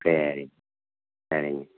சரிங்க சரிங்க